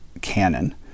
canon